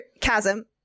chasm